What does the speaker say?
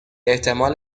احتمال